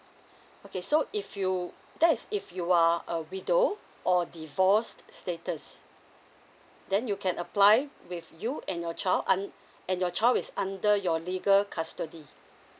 okay so if you that's if you are a widow or divorced status then you can apply with you and your child un~ and your child is under your legal custody